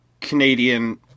Canadian